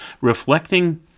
reflecting